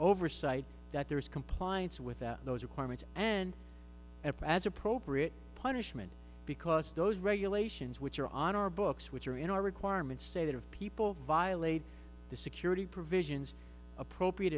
oversight that there is compliance with those requirements and f as appropriate punishment because those regulations which are on our books which are in our requirements say that of people violate the security provisions appropriate